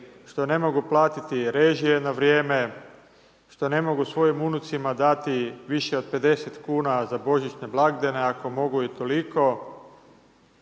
što ne mogu platiti režije na vrijeme, što ne mogu svojim unucima dati više od 50 kn za božićne blagdane ako mogu i toliko.